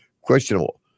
Questionable